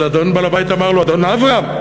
אז אדון בעל-הבית אמר לו: אדון אברם,